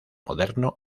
moderno